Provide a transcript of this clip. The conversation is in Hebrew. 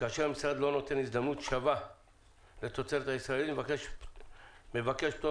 כאשר המשרד לא נותן הזדמנות שווה לתוצרת הישראלית ומבקשת פטור